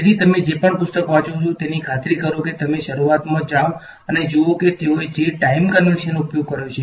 તેથી તમે જે પણ પુસ્તક વાંચો છો તેની ખાતરી કરો કે તમે શરૂઆતમાં જ જાવ અને જુઓ કે તેઓએ જે ટાઈમ કંવેંન્શન નો ઉપયોગ કર્યો છે